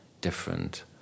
different